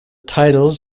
titles